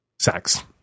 sex